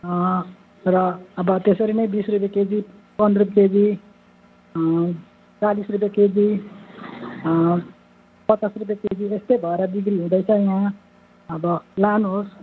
र अब त्यसरी नै बिस रुपियाँ केजी पन्ध्र रुपियाँ केजी चालिस रुपियाँ केजी पचास रुपियाँ केजी जस्तै भएर बिक्री हुँदैछ यहाँ अब लानुहोस्